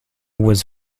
was